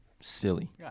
silly